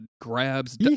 grabs